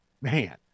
man